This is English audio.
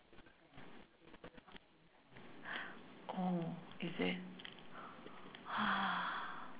oh is it ha